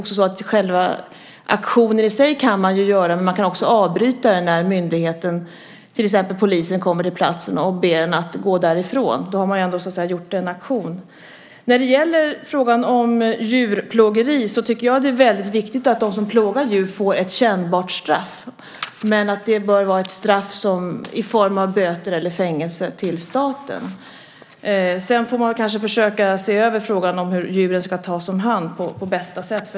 Själva aktionen i sig kan man ju göra, men man kan också avbryta den när myndigheten, till exempel polisen, kommer till platsen och ber en att gå därifrån. Då har man ändå så att säga genomfört en aktion. När det gäller frågan om djurplågeri tycker jag att det är väldigt viktigt att de som plågar djur får ett kännbart straff, men att det bör vara ett straff i form av fängelse eller böter till staten. Sedan får man kanske försöka se över frågan hur djuren ska tas om hand på bästa sätt.